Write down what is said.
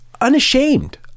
unashamed